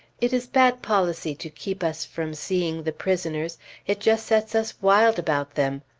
it is bad policy to keep us from seeing the prisoners it just sets us wild about them.